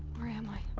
worrisome on